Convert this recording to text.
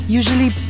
usually